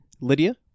Lydia